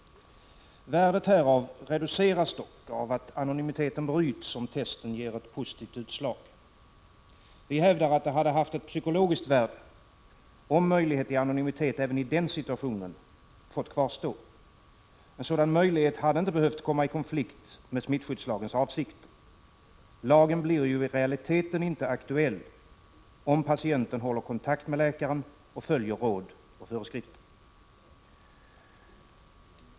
Värdet härav reduceras dock av att anonymiteten bryts om testen ger positivt utslag. Vi hävdar att det hade haft ett psykologiskt värde om möjlighet till anonymitet även i den situationen hade fått kvarstå. En sådan möjlighet hade inte behövt komma i konflikt med smittskyddslagens avsikter. Lagen blir ju i realiteten inte aktuell om patienten håller kontakt med läkaren och följer råd och föreskrifter.